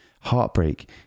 heartbreak